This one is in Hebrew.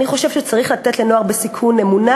אני חושב שצריך לתת לנוער בסיכון אמונה